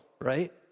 right